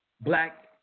black